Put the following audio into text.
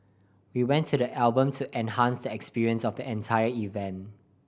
we want the album to enhance the experience of the entire event